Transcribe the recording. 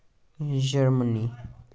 Germany